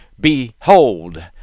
Behold